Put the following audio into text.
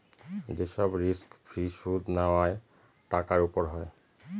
যে সব risk free সুদ নেওয়া টাকার উপর হয়